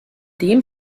dem